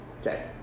Okay